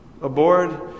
aboard